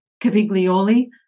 Caviglioli